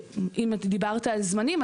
דיברת על זמנים.